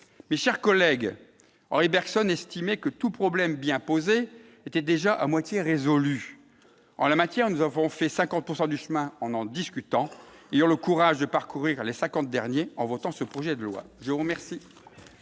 mes chers collègues, Henri Bergson estimé que tout problème bien posée était déjà à moitié résolu en la matière, nous avons fait 50 pourcent du chemin en en discutant et en le courage de parcourir les 50 derniers en votant ce projet de loi, je vous remercie.